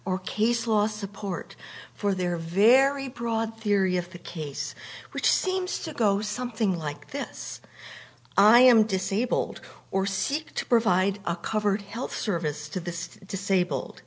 or case law support for their very broad theory of the case which seems to go something like this i am disabled or seek to provide a covered health service to the disabled